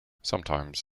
sometimes